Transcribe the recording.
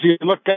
look